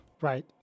Right